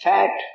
Fat